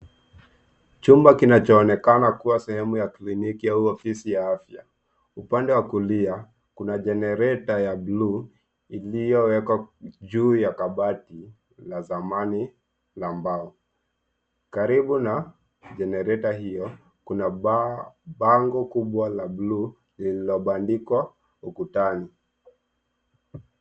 Chumba kinachoonekana kuwa sehemu ya kliniki au ofisi ya afya. Upande wa kulia, kuna genereta ya bluu iliyowekwa juu ya kabati la zamani la mbao. Karibu na genereta hiyo, ,kuna bango kubwa la bluu lililobandikwa ukutani.